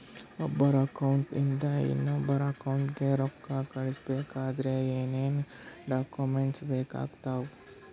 ಒಬ್ಬರ ಅಕೌಂಟ್ ಇಂದ ಇನ್ನೊಬ್ಬರ ಅಕೌಂಟಿಗೆ ರೊಕ್ಕ ಕಳಿಸಬೇಕಾದ್ರೆ ಏನೇನ್ ಡಾಕ್ಯೂಮೆಂಟ್ಸ್ ಬೇಕಾಗುತ್ತಾವ?